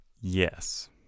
Yes